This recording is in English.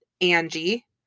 Angie